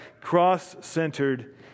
cross-centered